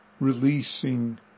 Releasing